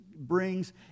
brings